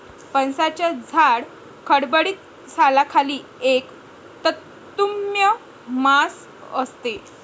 फणसाच्या जाड, खडबडीत सालाखाली एक तंतुमय मांस असते